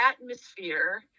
atmosphere